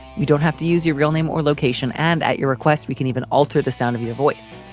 you don't have to use your real name or location. and at your request, we can even alter the sound of your voice.